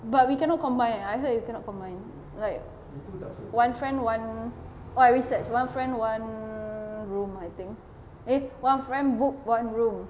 but we cannot combine ah I heard you cannot combine like one friend one oh I research one friend one room I think eh one friend book one room